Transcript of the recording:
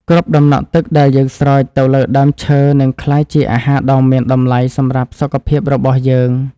គ្រប់ដំណក់ទឹកដែលយើងស្រោចទៅលើដើមឈើនឹងក្លាយជាអាហារដ៏មានតម្លៃសម្រាប់សុខភាពរបស់យើង។